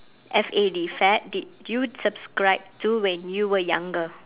F A D fad did you subscribe to when you were younger